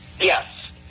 Yes